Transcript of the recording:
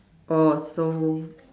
orh so